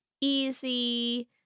easy